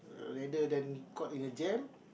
later then caught in a jam